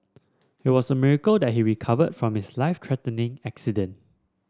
it was a miracle that he recovered from his life threatening accident